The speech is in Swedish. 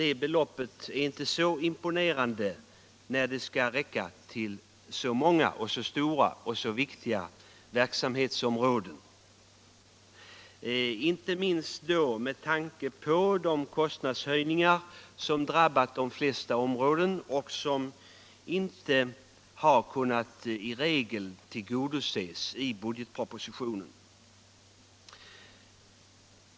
Beloppet är inte så imponerande, när det skall räcka till så många, så stora och så viktiga verksamhetsområden — speciellt med tanke på de kostnadshöjningar som har drabbat de flesta områden och som i regel inte har kunnat tillgodoses i budgetpropositionen.